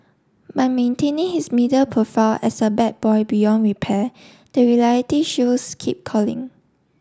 by maintaining his media profile as a bad boy beyond repair the reality shows keep calling